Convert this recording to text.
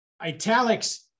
italics